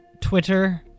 Twitter